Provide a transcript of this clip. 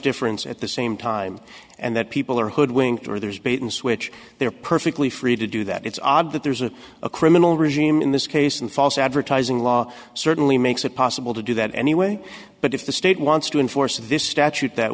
difference at the same time and that people are hoodwinked or there's bait and switch they're perfectly free to do that it's odd that there's a a criminal regime in this case and false advertising law certainly makes it possible to do that anyway but if the state wants to enforce this statute that